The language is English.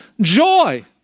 joy